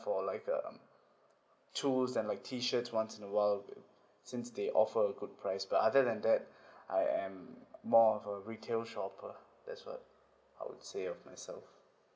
for like um tools and like T-shirt once in a while uh since they offer a good price but other than that I am more of a retail shopper that's what I would say of myself